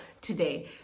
today